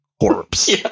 corpse